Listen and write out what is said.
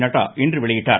நட்டா இன்று வெளியிட்டார்